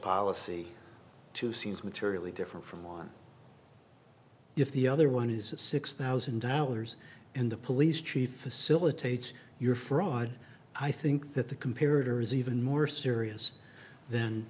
policy to seems materially different from one if the other one is six thousand dollars and the police chief silicates your fraud i think that the compared or is even more serious th